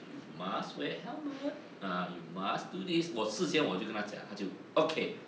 you must wear helmet uh you must do this 我试现我就跟她讲她就 okay